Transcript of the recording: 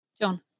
John